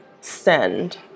send